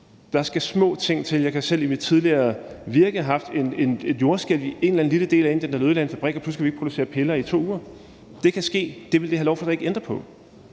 Der skal små ting til. Jeg har selv i mit tidligere virke haft en situation med et jordskælv i en eller anden lille del af Indien, der ødelagde en fabrik, og så kunne man pludselig ikke producere piller i 2 uger. Det kan ske, og det vil det her lovforslag ikke ændre på.